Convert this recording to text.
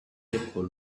people